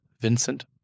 Vincent